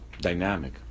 dynamic